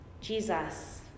Jesus